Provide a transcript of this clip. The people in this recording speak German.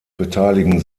beteiligen